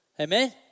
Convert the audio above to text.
Amen